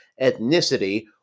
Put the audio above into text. ethnicity